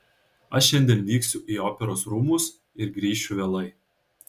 aš šiandien vyksiu į operos rūmus ir grįšiu vėlai